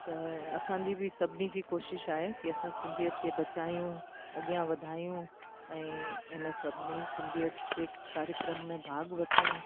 त असांजी बि सभिनी जी कोशिशि आहे की असां सिंधीअत खे बचायूं अॻियां वधायूं ऐं इन सभिनी सिंधीअत जे कार्यक्रम में भाग वठूं